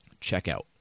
Checkout